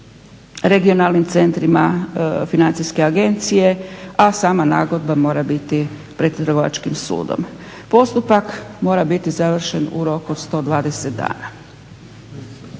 Regionalnim centrima financijske agencije, a sama nagodba mora biti pred Trgovačkim sudom. Postupak mora biti završen u roku 120 dana.